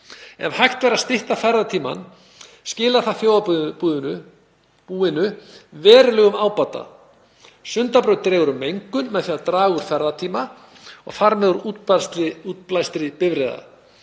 Ef hægt er að stytta ferðatímann skilar það þjóðarbúinu verulegum ábata. Sundabraut dregur úr mengun með því að draga úr ferðatíma og þar með úr útblæstri bifreiða